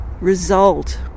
result